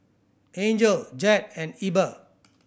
Angel Jed and Ebba